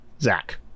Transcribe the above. Zach